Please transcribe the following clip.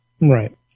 right